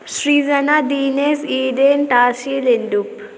Srijana Dinesh Eden Tashi Lhendup